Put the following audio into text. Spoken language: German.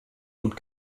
und